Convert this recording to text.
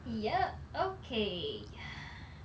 yup okay